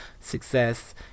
success